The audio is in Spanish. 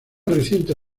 reciente